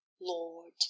lord